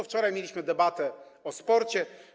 Wczoraj mieliśmy debatę o sporcie.